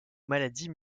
maladies